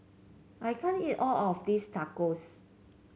I can't eat all of this Tacos